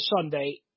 Sunday